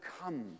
come